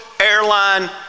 airline